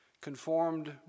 conformed